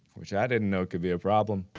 which i didn't know could be a problem